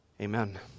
Amen